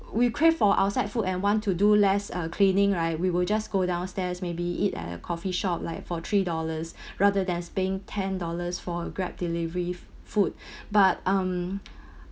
we crave for outside food and want to do less uh cleaning right we will just go downstairs maybe eat at a coffee shop like for three dollars rather than paying ten dollars for a grab delivery food but um